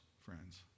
Friends